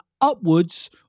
upwards